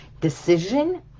decision